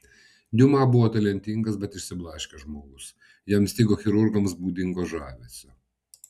diuma buvo talentingas bet išsiblaškęs žmogus jam stigo chirurgams būdingo žavesio